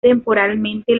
temporalmente